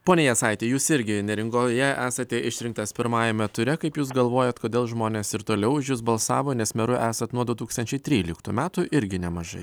pone jasaiti jūs irgi neringoje esate išrinktas pirmajame ture kaip jūs galvojat kodėl žmonės ir toliau už jus balsavo nes meru esat nuo du tūksančiai tryliktų metų irgi nemažai